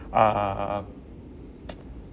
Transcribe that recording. uh